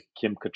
Kim